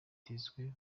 yitezwe